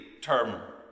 term